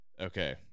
Okay